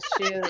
shoes